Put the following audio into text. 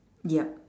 yup